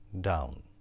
down